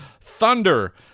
Thunder